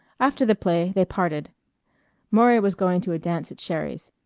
after the play they parted maury was going to a dance at sherry's,